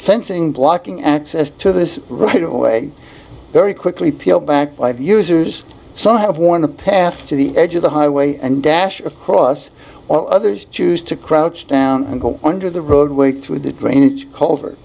fencing blocking access to this right away very quickly peeled back by the users some have worn the path to the edge of the highway and dash across all others choose to crouch down and go under the roadway through the drainage culvert